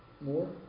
More